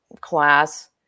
class